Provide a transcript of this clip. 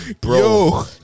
Bro